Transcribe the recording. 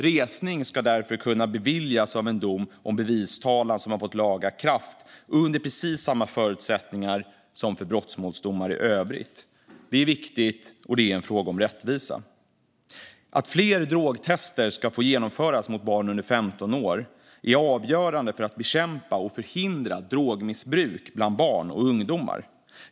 Resning ska därför kunna beviljas av en dom om bevistalan som har fått laga kraft under samma förutsättningar som för brottmålsdomar i övrigt. Det är viktigt, och det är en fråga om rättvisa. Att fler drogtester ska få genomföras mot barn under 15 år är avgörande för att bekämpa och förhindra drogmissbruk bland barn och ungdomar.